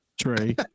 Trey